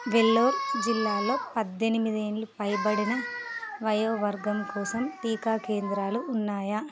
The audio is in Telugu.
వెల్లోర్ జిల్లాలో పద్దెనిమిది ఏళ్ళు పైబడిన వయోవర్గం కోసం టీకా కేంద్రాలు ఉన్నాయా